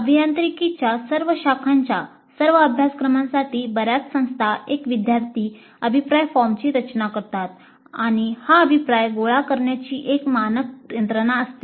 अभियांत्रिकीच्या सर्व शाखांच्या सर्व अभ्यासक्रमांसाठी बर्याच संस्था एक विद्यार्थी अभिप्राय फॉर्मची रचना करतात आणि हा अभिप्राय गोळा करण्याची एक मानक यंत्रणा असते